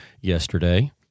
yesterday